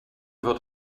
wird